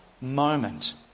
moment